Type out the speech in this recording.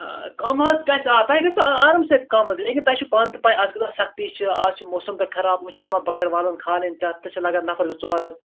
آ کَم حظ گژھِ اَتھ تۄہہِ گژھوٕ آرم سۭتۍ کَم حظ لیکِن تۄہہِ چھِ پانہٕ تہِ پَے اَز کۭژاہ سَختی چھِ اَز چھِ موسَم تہٕ خراب وۅنۍ چھِ یِمَن بٔکٕروالَن کھالٕنۍ تَتھ تہٕ چھِ لَگن نَفَر زٕ ژور حظ